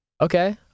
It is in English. Okay